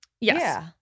Yes